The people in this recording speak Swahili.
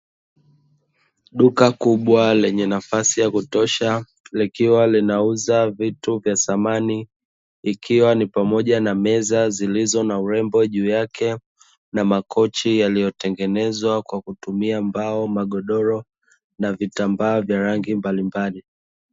Duka kubwa lenye nafasi ya kutosha, likiwa linauza vitu vya samani ikiwa ni pamoja na meza zilizo na urembo juu yake, na makochi yaliyotengenezwa kwa kutumia mbao, magodoro na vitambaa vya rangi mbalimbali.